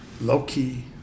low-key